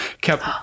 Kept